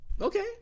Okay